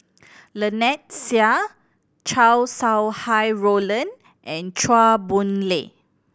Lynnette Seah Chow Sau Hai Roland and Chua Boon Lay